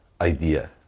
idea